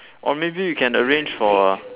or maybe you can arrange for a